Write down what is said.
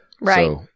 Right